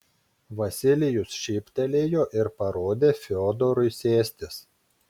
vasilijus šyptelėjo ir parodė fiodorui sėstis